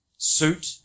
Suit